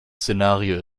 szenario